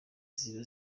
ziba